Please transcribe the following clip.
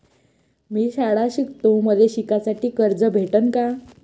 मी शाळा शिकतो, मले शिकासाठी कर्ज भेटन का?